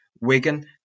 Wigan